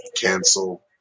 cancel